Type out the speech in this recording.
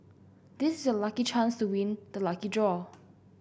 this is your lucky chance to win the lucky draw